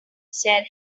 said